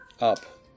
up